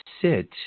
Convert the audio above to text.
sit